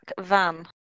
van